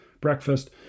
breakfast